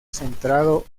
centrado